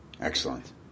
excellent